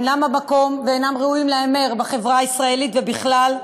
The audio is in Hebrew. הם אינם במקום ואינם ראויים להיאמר בחברה הישראלית ובכלל.